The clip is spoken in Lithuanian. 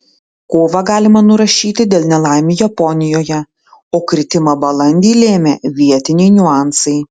kovą galima nurašyti dėl nelaimių japonijoje o kritimą balandį lėmė vietiniai niuansai